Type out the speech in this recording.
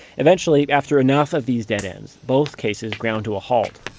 eventually, after enough of these dead ends, both cases ground to a halt.